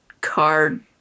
card